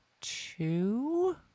two